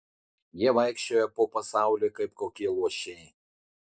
jie vaikščioja po pasaulį kaip kokie luošiai